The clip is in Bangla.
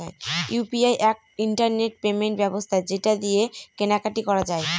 ইউ.পি.আই এক ইন্টারনেট পেমেন্ট ব্যবস্থা যেটা দিয়ে কেনা কাটি করা যায়